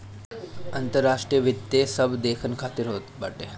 अंतर्राष्ट्रीय वित्त सब देसन खातिर होत बाटे